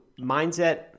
mindset